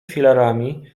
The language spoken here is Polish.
filarami